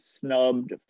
snubbed